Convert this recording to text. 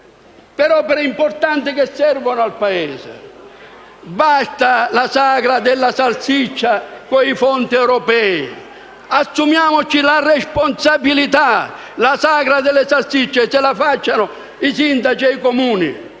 e importanti che servono al Paese. Basta fare le sagre della salsiccia con i fondi europei. Assumiamoci la responsabilità. La sagra delle salsicce se le facciano i sindaci e i Comuni.